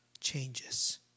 changes